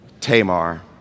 Tamar